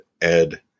Ed